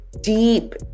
deep